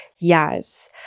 yes